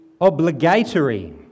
obligatory